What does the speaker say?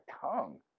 tongue